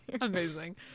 amazing